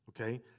Okay